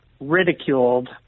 ridiculed